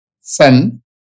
son